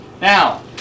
Now